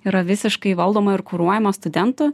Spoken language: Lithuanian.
yra visiškai valdoma ir kuruojama studentų